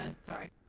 Sorry